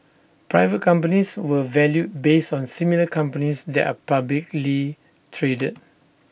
private companies were valued based on similar companies that are publicly traded